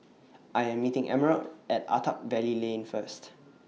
I Am meeting Emerald At Attap Lane First